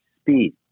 speed